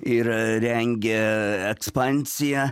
ir rengė ekspansiją